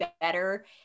better